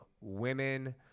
women